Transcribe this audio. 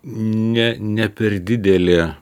ne ne per didelė